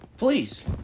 Please